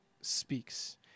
Speaks